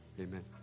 amen